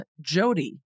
Jody